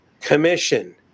commission